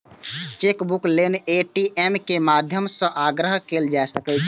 chequebook लेल ATM के माध्यम सं आग्रह कैल जा सकै छै